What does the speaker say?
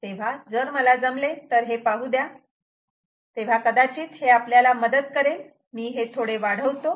तेव्हा जर मला जमले तर हे पाहू द्या तेव्हा कदाचित हे आपल्याला मदत करेल मी हे थोडे वाढवतो